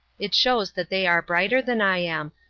it shows that they are brighter than i am,